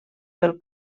del